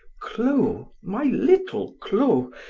clo, my little clo,